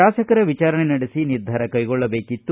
ಶಾಸಕರ ವಿಚಾರಣೆ ನಡೆಸಿ ನಿರ್ಧಾರ ಕೈಗೊಳ್ಳಬೇಕಿತ್ತು